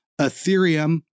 Ethereum